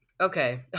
okay